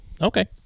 Okay